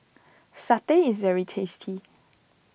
Satay is very tasty